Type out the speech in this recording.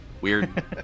weird